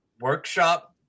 workshop